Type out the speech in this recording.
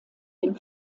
dem